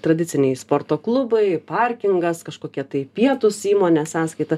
tradiciniai sporto klubai parkingas kažkokie tai pietūs įmonės sąskaita